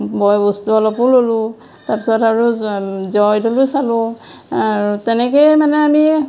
বয় বস্তু অলপো ল'লোঁ তাৰপিছত আৰু জয়দলো চালোঁ আৰু তেনেকেই মানে আমি